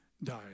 Died